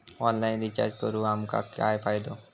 Online recharge करून आमका काय फायदो?